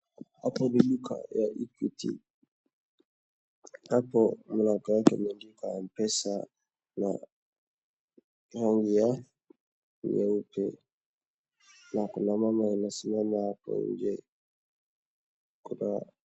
Hapo ni duka ya Equity. Hapo mlango yake imeandikwa Mpesa na rangi ya nyeupe na kuna mama anasimama hapo nje kuna.